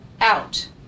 out